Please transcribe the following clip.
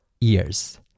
years